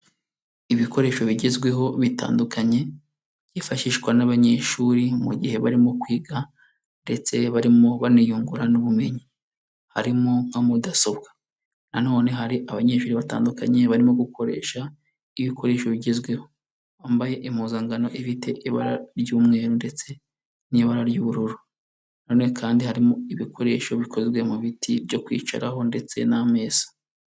Ibikoresho bigezweho bitandukanye byifashishwa n'abanyeshuri mu gihe barimo kwiga ndetse barimo baniyungu n'ubumenyi, harimo nka mudasobwa na none hari abanyeshuri batandukanye barimo gukoresha ibikoresho bigezweho, bambaye impuzangano ifite ibara ry'umweru ndetse n'ibara ry'ubururu na none kandi harimo ibikoresho bikozwe mu biti byo kwicaraho ndetse n'ameza.